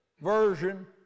version